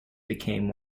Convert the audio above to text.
became